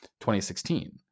2016